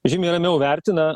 žymiai ramiau vertina